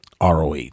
ROH